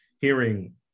hearing